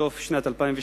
בסוף שנת 2008,